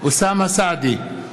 אוסאמה סעדי,